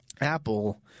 Apple